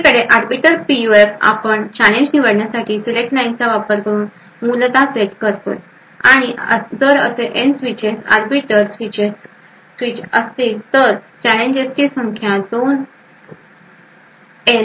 दुसरीकडे arbiter PUF आपण challenge निवडण्यासाठी सिलेक्ट लाइनचा वापर करून मूलत सेट करतो आणि जर असे N switches arbiter switches switch असतील तर चॅलेंजची संख्या 2 एन आहे